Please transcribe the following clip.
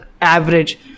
average